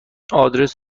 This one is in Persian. آدرس